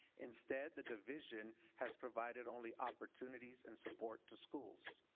instead the division has provided only opportunities and support to schools.